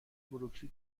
بروکلی